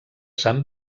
sant